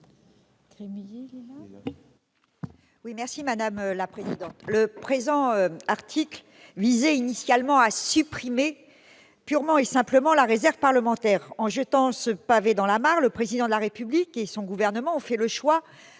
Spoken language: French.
sur l'article. Le présent article visait initialement à supprimer purement et simplement la réserve parlementaire En jetant ce pavé dans la mare, le Président de la République et de son gouvernement ont fait le choix